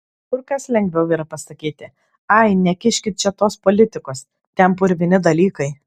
kur kas lengviau yra pasakyti ai nekiškit čia tos politikos ten purvini dalykai